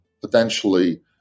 potentially